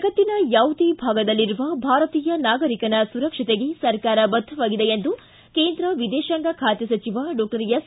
ಜಗತ್ತಿನ ಯಾವುದೇ ಭಾಗದಲ್ಲಿರುವ ಭಾರತೀಯ ನಾಗರಿಕರ ಸುರಕ್ಷತೆಗೆ ಸರ್ಕಾರ ಬದ್ದವಾಗಿದೆ ಎಂದು ಕೇಂದ್ರ ವಿದೇಶಾಂಗ ಖಾತೆ ಸಚಿವ ಡಾಕ್ಟರ್ ಎಸ್